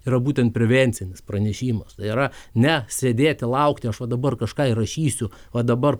yra būtent prevencinis pranešimas tai yra ne sėdėti laukti aš vat dabar kažką įrašysiu o dabar